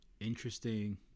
interesting